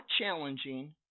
challenging